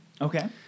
Okay